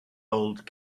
old